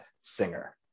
singer